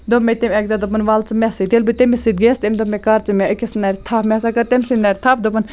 دوٚپ مےٚ تٔمۍ اَکہِ دۄہ دوٚپُن وَلہٕ ژٕ مےٚ سۭتۍ ییٚلہِ بہٕ تٔمِس سۭتۍ گٔیَس تٔمۍ دوٚپ مےٚ کَر ژٕ مےٚ أکِس نَرِ تھَپھ مےٚ ہَسا کٔر تمۍ سِنٛز نَرِ تھَپھ دوٚپُن